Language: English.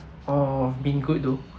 uh been good though